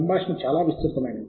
సంభాషణ చాలా విస్తృతమైనది